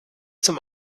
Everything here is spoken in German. zum